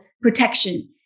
protection